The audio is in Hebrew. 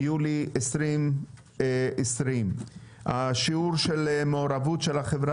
יולי 2020. שיעור המעורבות של החברה